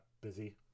busy